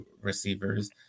receivers